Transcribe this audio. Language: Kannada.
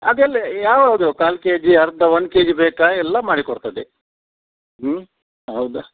ಅದೆಲ್ಲ ಯಾವುದು ಕಾಲು ಕೆ ಜಿ ಅರ್ಧ ಒಂದು ಕೆ ಜಿ ಬೇಕು ಎಲ್ಲ ಮಾಡಿಕೊಡ್ತದೆ ಹೌದು